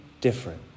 different